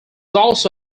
also